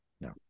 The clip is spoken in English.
no